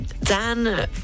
Dan